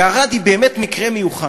וערד היא באמת מקרה מיוחד.